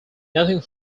nothing